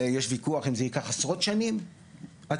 יש ויכוח אם זה ייקח עשרות שנים עד